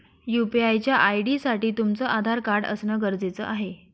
UPI च्या ID साठी तुमचं आधार कार्ड असण गरजेच आहे